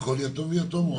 לכל יתום ויתום?